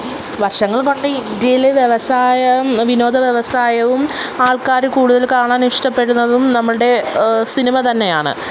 ലക്ഷങ്ങൾ പണ്ട് ഇന്ത്യയിൽ വ്യവസായവും വിനോദ വ്യവസായവും ആൾക്കാർ കൂടുതൽ കാണാനിഷ്ടപ്പെടുന്നതും നമ്മുടെ സിനിമ തന്നെയാണ്